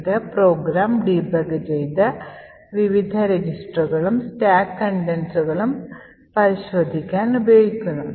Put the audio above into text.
ഇത് program debug ചെയ്തു വിവിധ രജിസ്റ്ററുകളും സ്റ്റാക്ക് contentsകളും പരിശോധിക്കാൻ ഉപയോഗിക്കുന്നു